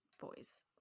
boys